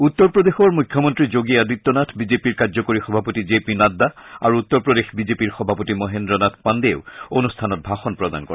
উত্তৰ প্ৰদেশৰ মুখ্যমন্ত্ৰী যোগী আদিত্যনাথ বিজেপিৰ কাৰ্যকৰী সভাপতি জে পি নাড্ডা আৰু উত্তৰ প্ৰদেশ বিজেপিৰ সভাপতি মহেন্দ্ৰ নাথ পাণ্ডেও অনুষ্ঠানত ভাষণ প্ৰদান কৰে